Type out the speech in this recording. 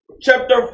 chapter